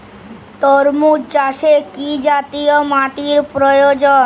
তরমুজ চাষে কি জাতীয় মাটির প্রয়োজন?